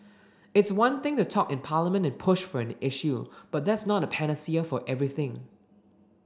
it's one thing to talk in Parliament and push for an issue but that's not a panacea for everything